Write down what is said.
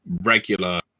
regular